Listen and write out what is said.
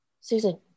Susan